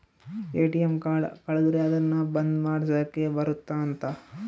ATM card ಕಳುದ್ರೆ ಅದುನ್ನ ಬಂದ್ ಮಾಡ್ಸಕ್ ಬರುತ್ತ ಅಂತ